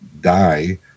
die